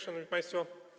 Szanowni Państwo!